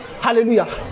Hallelujah